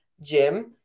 gym